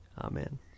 Amen